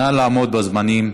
נא לעמוד בזמנים.